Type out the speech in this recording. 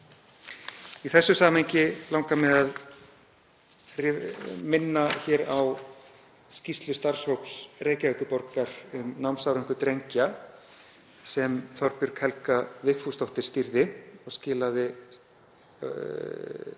Í því samhengi langar mig að minna hér á skýrslu starfshóps Reykjavíkurborgar um námsárangur drengja sem Þorbjörg Helga Vigfúsdóttir stýrði og skilaði af